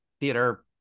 theater